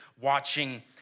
watching